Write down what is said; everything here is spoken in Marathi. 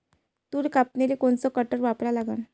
तूर कापनीले कोनचं कटर वापरा लागन?